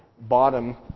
bottom